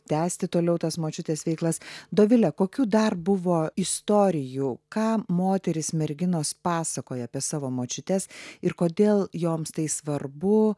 tęsti toliau tas močiutės veiklas dovile kokių dar buvo istorijų ką moterys merginos pasakoja apie savo močiutes ir kodėl joms tai svarbu